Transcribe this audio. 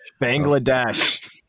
Bangladesh